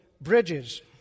bridges